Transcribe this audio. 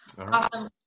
Awesome